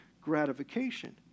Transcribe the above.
gratification